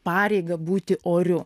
pareigą būti oriu